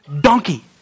donkey